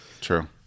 true